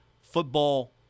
football